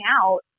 out